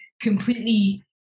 completely